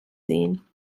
sehen